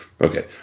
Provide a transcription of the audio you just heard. Okay